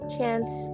Chance